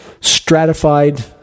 stratified